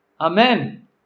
amen